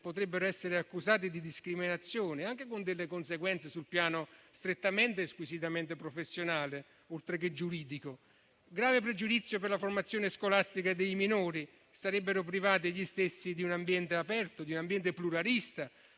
potrebbero essere accusati di discriminazione, anche con conseguenze sul piano strettamente e squisitamente professionale, oltreché giuridico. Grave pregiudizio per la formazione scolastica dei minori, che sarebbero privati di un ambiente aperto e pluralista,